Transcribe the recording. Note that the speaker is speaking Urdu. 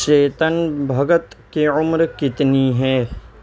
چیتن بھگت کی عمر کتنی ہے